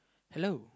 hello